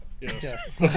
Yes